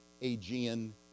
Aegean